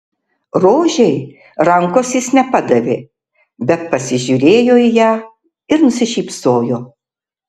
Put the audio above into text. rožei rankos jis nepadavė bet pasižiūrėjo į ją ir nusišypsojo